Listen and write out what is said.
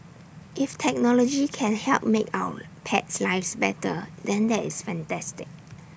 if technology can help make our pets lives better than that is fantastic